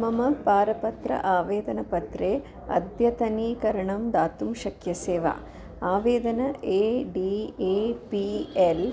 मम पारपत्र आवेदनपत्रे अद्यतनीकरणं दातुं शक्यसे वा आवेदन A D A P L